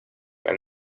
and